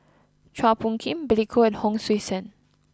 Chua Phung Kim Billy Koh and Hon Sui Sen